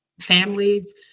families